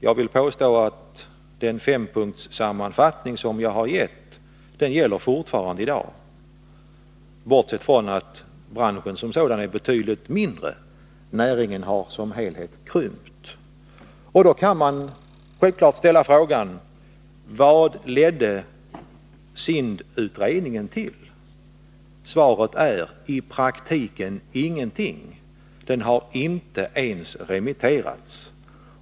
Jag vill påstå att den fempunktssammanfattning som jag har givit fortfarande gäller, bortsett från att branschen är betydligt mindre — näringen har som helhet krympt. Då kan man självfallet ställa frågan: Vad ledde SIND:s utredning till? Svaret är: I praktiken ingenting. Den har inte ens remitterats.